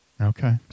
Okay